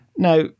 Now